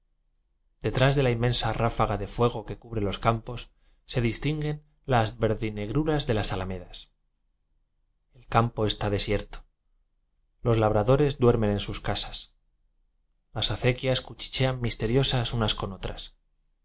detrás de la inmensa ráfaga de fuego que cubre los campos se distin guen las verdinegruras de las alamedas el campo está desierto los labradores duer men en sus casas las acequias cuchichean misteriosas unas con otras